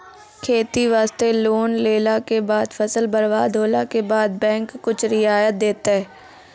खेती वास्ते लोन लेला के बाद फसल बर्बाद होला के बाद बैंक कुछ रियायत देतै?